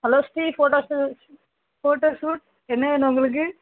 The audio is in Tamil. hello Sri photo photo shoot என்ன வேணும் உங்களுக்கு